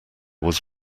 was